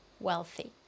wealthy